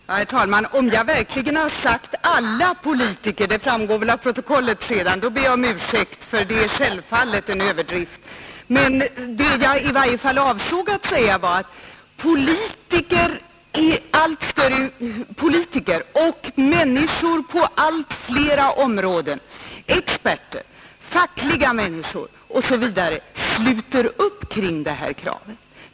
Nr 113 Herr talman! Om jag verkligen har sagt ”alla politiker” — det framgår Tisdagen den väl av protokollet sedan — ber jag om ursäkt, för det är självfallet en 26 oktober 1971 överdrift. Det jag i varje fall avsåg att säga var att politiker och människor ———— på allt flera områden — experter, fackligt verksamma osv. — sluter upp Om inflationsskydd kring det här kravet.